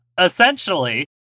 Essentially